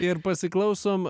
ir pasiklausom